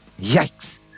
Yikes